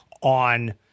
on